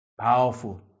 powerful